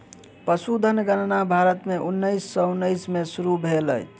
पशुधन गणना भारत में उन्नैस सौ उन्नैस में शुरू भेल अछि